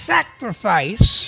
Sacrifice